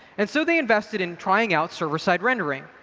and so they invested in trying out server side rendering.